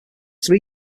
three